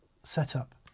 setup